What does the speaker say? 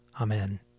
Amen